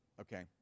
Okay